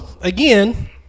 Again